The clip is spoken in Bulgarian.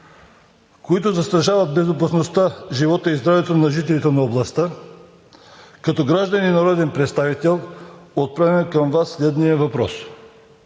които застрашават безопасността, живота и здравето на жителите на областта, като гражданин и народен представител отправям към Вас следния въпрос: